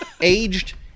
aged